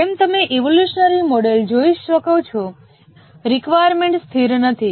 જેમ તમે evolutionary model જોઈ શકો છો રિકવાયર્મેન્ટ સ્થિર નથી